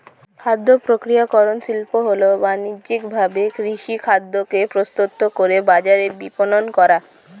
খাদ্যপ্রক্রিয়াকরণ শিল্প হল বানিজ্যিকভাবে কৃষিখাদ্যকে প্রস্তুত করে বাজারে বিপণন করা